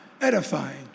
edifying